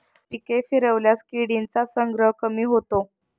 पिके फिरवल्यास किडींचा संग्रह कमी होतो